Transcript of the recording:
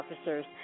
officers